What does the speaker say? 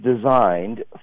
designed